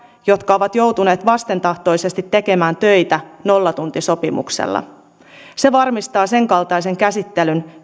jotka ovat joutuneet vastentahtoisesti tekemään töitä nollatuntisopimuksella se varmistaa sen kaltaisen käsittelyn